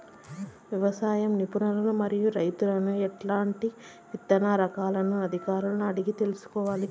వ్యవసాయ నిపుణులను మరియు రైతులను ఎట్లాంటి విత్తన రకాలను అధికారులను అడిగి తెలుసుకొంటారు?